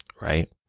right